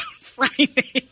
Friday